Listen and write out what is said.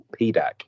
PDAC